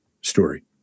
story